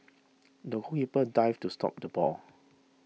the goalkeeper dived to stop the ball